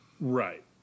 Right